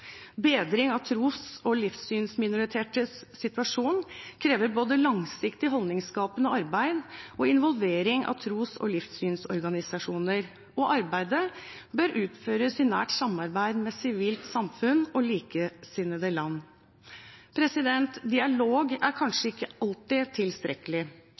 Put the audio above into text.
Bedring av tros- og livssynsminoriteters situasjon krever både langsiktig holdningsskapende arbeid og involvering av tros- og livssynsorganisasjoner, og arbeidet bør utføres i nært samarbeid med sivilt samfunn og likesinnede land. Dialog er kanskje ikke alltid tilstrekkelig.